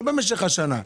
לא במשך השנה.